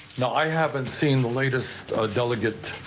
no i haven't seen the latest delegate.